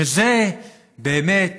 שזה באמת